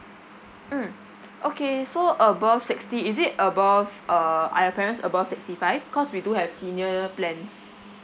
mm okay so above sixty is it above uh are your parents above sixty five cause we do have senior plans